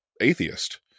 atheist